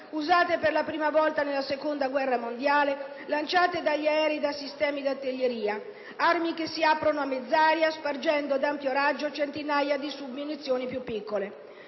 usate per la prima volta nella seconda guerra mondiale, lanciate dagli aerei o dai sistemi di artiglieria, che si aprono a mezz'aria spargendo ad ampio raggio centinaia di submunizioni più piccole.